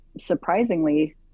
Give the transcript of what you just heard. surprisingly